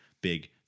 big